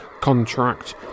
contract